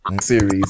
series